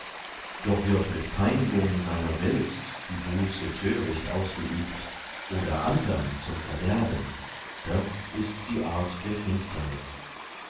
doch wird mit pein'gung seiner selbst die buße töricht ausgeübt oder andern zum verderben das ist die art der finsternis